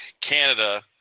Canada –